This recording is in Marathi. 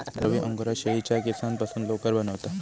रवी अंगोरा शेळीच्या केसांपासून लोकर बनवता